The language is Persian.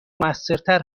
موثرتر